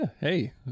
hey